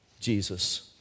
Jesus